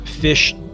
Fish